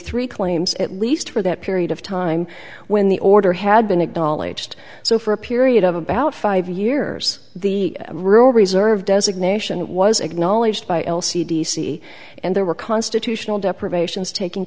three claims at least for that period of time when the order had been acknowledged so for a period of about five years the rule reserved designation was acknowledged by l c d c and there were constitutional deprivations taking